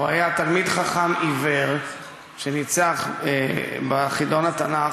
הוא היה תלמיד חכם עיוור שניצח בחידון התנ"ך,